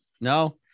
No